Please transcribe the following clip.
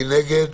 מי נגד?